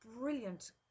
brilliant